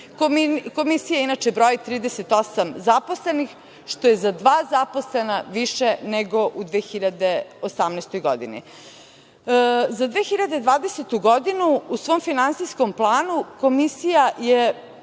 penziju. Komisija, inače, broji 38 zaposlenih, što je za dva zaposlena više nego u 2018. godini.Za 2020. godinu u svom finansijskom planu Komisija je